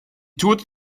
tourte